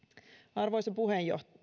arvoisa puhemies